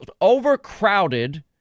overcrowded